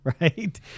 right